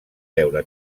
veure